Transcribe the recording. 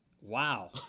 wow